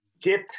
dip